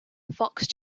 foxe